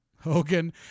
Hogan